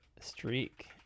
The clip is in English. streak